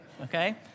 okay